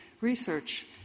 research